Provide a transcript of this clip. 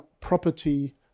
property